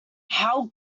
how